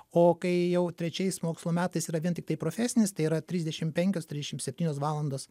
o kai jau trečiais mokslo metais yra vien tiktai profesinis tai yra trisdešim penkios trisdešim septynios valandos